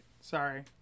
Sorry